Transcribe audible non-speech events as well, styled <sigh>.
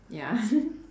ya <laughs>